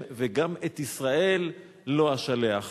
וגם את ישראל לא אשלח.